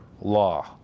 law